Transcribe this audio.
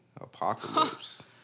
apocalypse